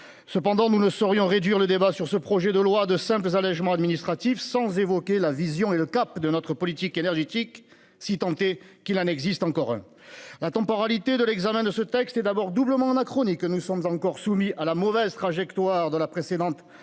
Cependant, nous ne saurions réduire le débat sur ce projet de loi à de simples allègements administratifs, sans évoquer la vision et le cap de notre politique énergétique, si tant est qu'il en existe encore un. La temporalité de l'examen de ce texte est tout d'abord doublement anachronique. Nous sommes encore soumis à la mauvaise trajectoire de la précédente